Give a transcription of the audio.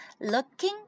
looking